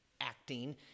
acting